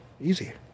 easy